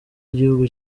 igihugu